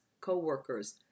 co-workers